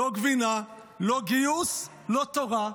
לא גבינה, לא גיוס, לא תורה.